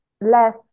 less